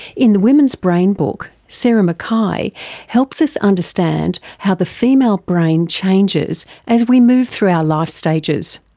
in the women's brain book, sarah mckay helps us understand how the female brain changes as we move through our life stages.